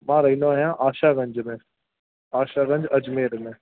मां रहंदो आहियां आशा गंज में आशा गंज अजमेर में